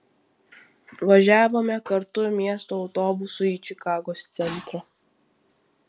važiavome kartu miesto autobusu į čikagos centrą